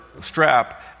strap